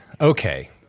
Okay